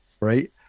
Right